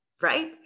right